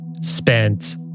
spent